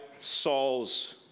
Saul's